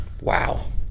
Wow